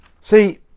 See